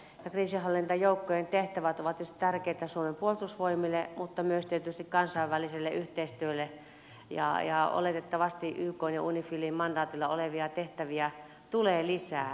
kriisinhallintajoukkojen tehtävät ovat tietysti tärkeitä suomen puolustusvoimille mutta myös tietysti kansainväliselle yhteistyölle ja oletettavasti ykn ja unifilin mandaatilla olevia tehtäviä tulee lisää